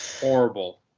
horrible